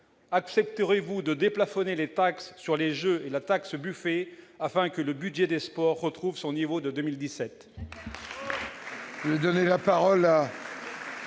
accepterez-vous de déplafonner les taxes sur les jeux et la taxe Buffet, afin que le budget des sports retrouve son niveau de 2017 ?